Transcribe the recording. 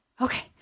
okay